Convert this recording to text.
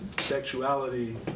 sexuality